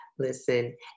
Listen